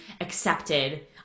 accepted